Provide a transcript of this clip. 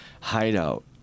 Hideout